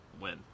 win